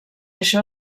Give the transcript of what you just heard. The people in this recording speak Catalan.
això